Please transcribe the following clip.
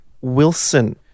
Wilson